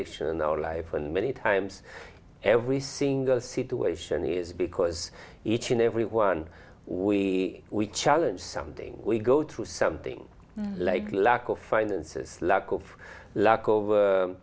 our life and many times every single situation is because each and every one we challenge something we go through something like lack of finances lack of lack of